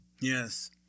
Yes